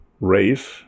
race